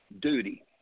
duty